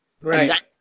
right